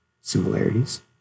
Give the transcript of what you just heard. similarities